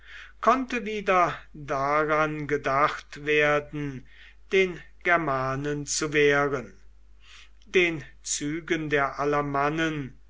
konnte wieder daran gedacht werden den germanen zu wehren den zügen der